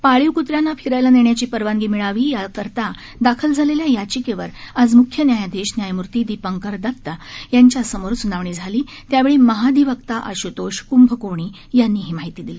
पाळीव कुत्र्यांना फिरायला नेण्याची परवानगी मिळावी याकरता दाखल झालेल्या याचिकेवर आज मुख्य न्यायाधीश न्यायमूर्ती दीपांकर दत्त यांच्यासमोर सुनावणी झाली त्यावेळी महाअधिवक्ता आशुतोष कुंभकोणी यांनी ही माहिती दिली